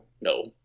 No